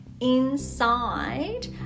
inside